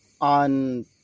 on